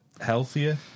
healthier